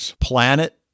planet